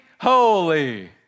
holy